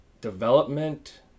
Development